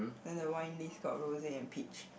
then the wine list got rose and peach